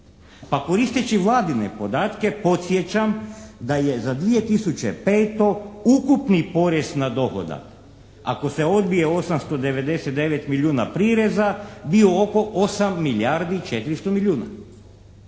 koristeći Vladine podatke podsjećam da je za 2005. ukupni porez na dohodak ako se odbije 899 milijuna prireza bio oko 8 milijardi i 400 milijuna,